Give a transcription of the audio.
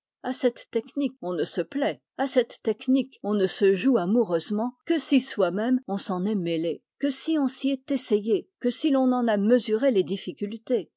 à cette technique on ne se plaît à cette technique on ne se joue amoureusement que si soi-même on s'en est mêlé que si on s'y est essayé que si l'on en a mesuré les difficultés